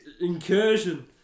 incursion